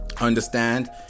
understand